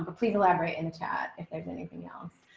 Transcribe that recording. ah please elaborate in chat if there's anything else.